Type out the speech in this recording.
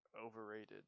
overrated